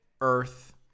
Earth